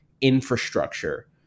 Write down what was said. infrastructure